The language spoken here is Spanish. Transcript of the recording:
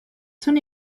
son